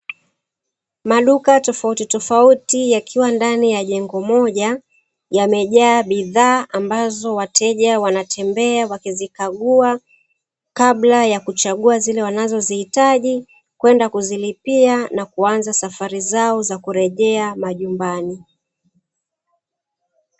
Maduka tofautitofauti yakiwa ndani ya jengo moja yamejaa, bidhaa ambazo wateja wanatembea wakizikagua, kabla ya kuchagua zile wanazozihitaji, kwenda kuzilipia na kuanza safari zao za kurejea majumbani.